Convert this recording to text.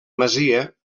masia